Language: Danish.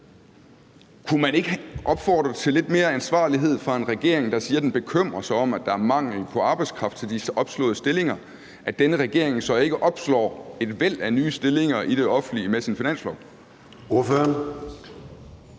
Kunne man ikke opfordre til lidt mere ansvarlighed fra en regering, der siger, at den bekymrer sig om, at der er mangel på arbejdskraft til de opslåede stillinger, så denne regering ikke opslår et væld af nye stillinger i det offentlige med sit forslag til